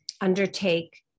undertake